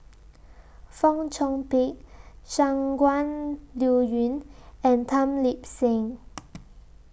Fong Chong Pik Shangguan Liuyun and Tan Lip Seng